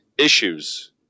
Issues